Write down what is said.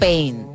Pain